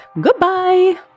Goodbye